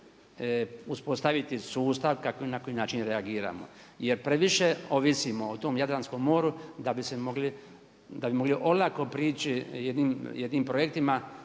uspostaviti sustav na koji način reagiramo. Jer previše ovisimo o tom Jadranskom moru da bi mogli olako priči jednim projektima